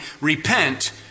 Repent